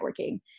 networking